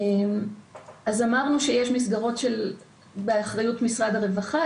אז אמרנו שיש מסגרות באחריות משרד הרווחה,